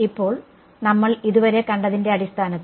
ഇപ്പോൾ നമ്മൾ ഇതുവരെ കണ്ടതിന്റെ അടിസ്ഥാനത്തിൽ